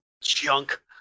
junk